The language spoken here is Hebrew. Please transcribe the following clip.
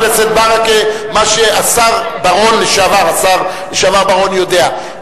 ברכה מה שהשר לשעבר בר-און יודע.